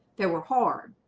they were hard